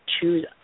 choose